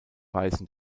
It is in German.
weißen